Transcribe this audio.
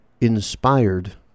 inspired